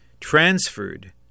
transferred